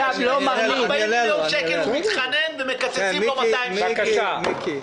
40 מיליון שקל, ומקצצים לו 270. מיקי,